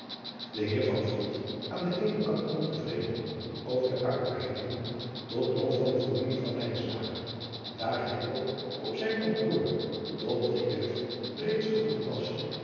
e eer aan den eenen kant ontevreden over de uitweidingen tot lof van de familie van daar hij ook op zijn kantoor tot driewerf reeds geroepen was